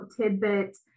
tidbit